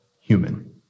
human